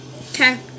Okay